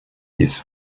his